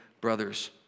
brothers